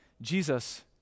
Jesus